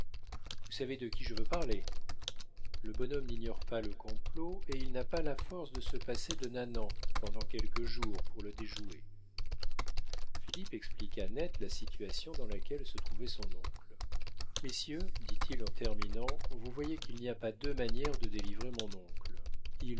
vous savez de qui je veux parler le bonhomme n'ignore pas le complot et il n'a pas la force de se passer de nanan pendant quelques jours pour le déjouer philippe expliqua net la situation dans laquelle se trouvait son oncle messieurs dit-il en terminant vous voyez qu'il n'y a pas deux manières de délivrer mon oncle